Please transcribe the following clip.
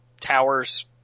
tower's